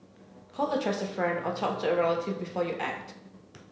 call a trusted friend or talk to a relative before you act